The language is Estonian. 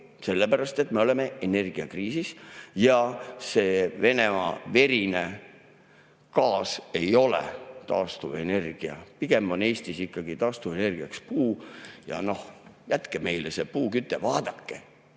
Sellepärast, et me oleme energiakriisis. Ja see Venemaa verine gaas ei ole taastuvenergia, pigem on Eestis ikkagi taastuvenergiaks puit. Ja noh, jätke meile see puuküte, vaadake,